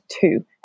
two